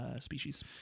species